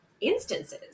instances